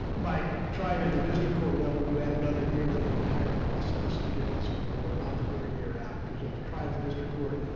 by trying it at the district court level you add another year to the entire process to get the supreme court, not that we're a year out because you have to try at the district court,